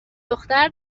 دختر